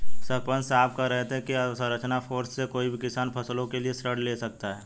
सरपंच साहब कह रहे थे कि अवसंरचना कोर्स से कोई भी किसान फसलों के लिए ऋण ले सकता है